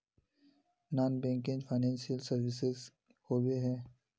Non banking financial services होबे है?